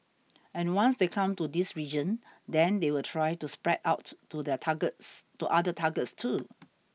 and once they come to this region then they will try to spread out to the targets to other targets too